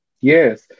yes